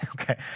Okay